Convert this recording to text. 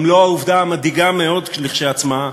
גם לא העובדה המדאיגה מאוד כשלעצמה,